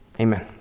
amen